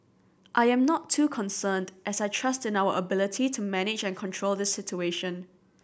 I am not too concerned as I trust in our ability to manage and control this situation